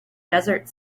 desert